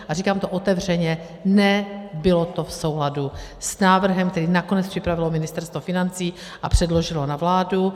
A říkám to otevřeně, ne, bylo to v souladu s návrhem, který nakonec připravilo Ministerstvo financí a předložilo na vládu.